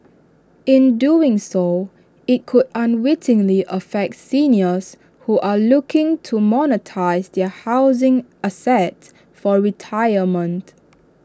in doing so IT could unwittingly affect seniors who are looking to monetise their housing assets for retirement